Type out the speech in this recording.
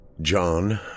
John